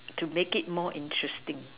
to make it more interesting